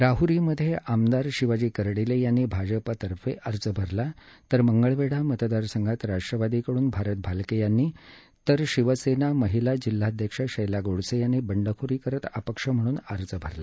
राहरी मधे आमदार शिवाजी करडीले यांनी भाजपातर्फे अर्ज भरला तर मंगळवेढा मतदारसंघात राष्ट्रवादी कडून भारत भालके यांनी तर शिवसेना महिला जिल्हाध्यक्ष शैला गोडसे यांनी बंडखोरी करत अपक्ष म्हणून अर्ज भरला